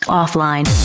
offline